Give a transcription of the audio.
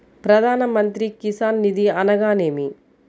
ప్రధాన మంత్రి కిసాన్ నిధి అనగా నేమి?